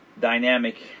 dynamic